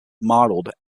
modelled